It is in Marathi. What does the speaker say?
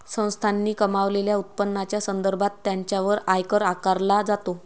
संस्थांनी कमावलेल्या उत्पन्नाच्या संदर्भात त्यांच्यावर आयकर आकारला जातो